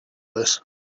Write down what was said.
this